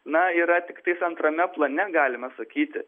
na yra tiktais antrame plane galime sakyti